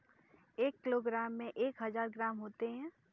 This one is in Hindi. एक किलोग्राम में एक हजार ग्राम होते हैं